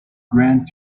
grand